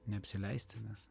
neapsileisti nes